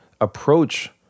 approach